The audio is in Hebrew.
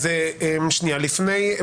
אז שנייה לפני,